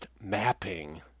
mapping